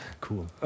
Cool